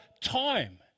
time